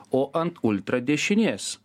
o ant ultra dešinės